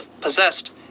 possessed